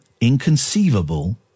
inconceivable